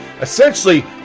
essentially